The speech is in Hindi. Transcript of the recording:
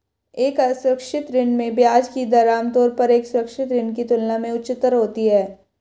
एक असुरक्षित ऋण में ब्याज की दर आमतौर पर एक सुरक्षित ऋण की तुलना में उच्चतर होती है?